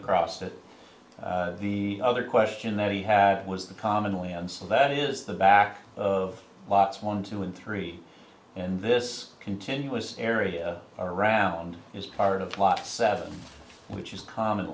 across to the other question that he had was the commonly and so that is the back of lots one two and three and this continuous area around is part of plot seven which is common